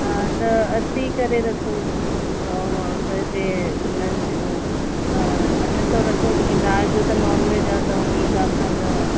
हा त असी करे रखो सौ माण्हू त जे लंच जो अ अठ सौ रखियो लेकिन राति जो त नॉनवेज आहे त उन हिसाब सां त